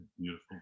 Beautiful